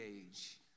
age